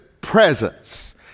presence